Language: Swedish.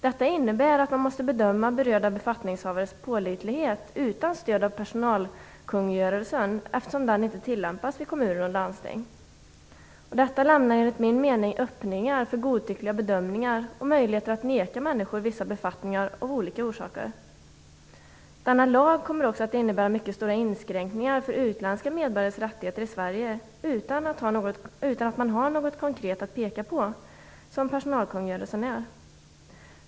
Detta innnebär att man måste bedöma berörda befattningshavares pålitlighet utan stöd av personalkungörelsen, eftersom den inte tillämpas i kommuner och landsting. Detta lämnar enligt min mening öppningar för godtyckliga bedömningar och möjligheter att vägra människor vissa befattningar av olika orsaker. Denna lag kommer också att innebära mycket stora inskränkningar för utländska medborgares rättigheter i Sverige utan att man har något konkret att peka på, som personalkungörelsen.